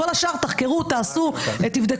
לגבי כל השאר תחקרו, תעשו ותבדקו.